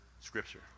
scripture